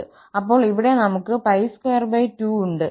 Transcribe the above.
അപ്പോൾ ഇവിടെ നമുക് 𝜋22 ഉണ്ട്